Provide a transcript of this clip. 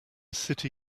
city